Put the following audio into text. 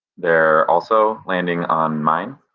they're also landing on mine.